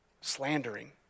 slandering